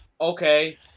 okay